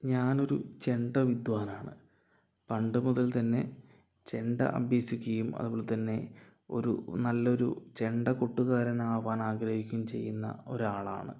ഞാനൊരു ചെണ്ട വിദ്വാനാണ് പണ്ടുമുതൽ തന്നെ ചെണ്ട അഭ്യസിക്കുകയും അതുപോലെത്തന്നെ ഒരു നല്ലൊരു ചെണ്ട കൊട്ടുകാരൻ ആകാൻ ആഗ്രഹിക്കുകയും ചെയ്യുന്ന ഒരാളാണ്